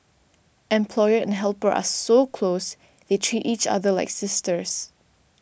employer and helper are so close they treat each other like sisters